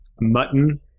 mutton